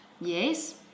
Yes